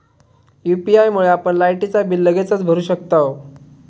UPI मुळे आपण लायटीचा बिल लगेचच भरू शकतंव